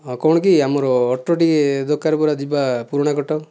ହଁ କଣ କି ଆମର ଅଟୋ ଟିକିଏ ଦରକାର ପରା ଯିବା ପୁରୁଣା କଟକ